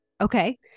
Okay